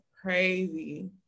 crazy